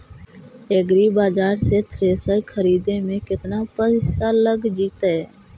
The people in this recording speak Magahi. एग्रिबाजार से थ्रेसर खरिदे में केतना पैसा लग जितै?